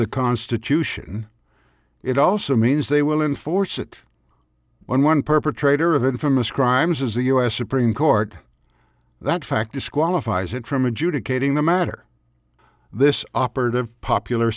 the constitution it also means they will enforce it when one perpetrator of infamous crimes as the us supreme court that fact disqualifies it from adjudicating the matter this operative popular